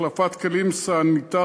החלפת כלים סניטריים,